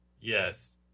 Yes